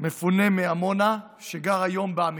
מפונה מעמונה שגר היום בעמיחי,